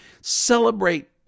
celebrate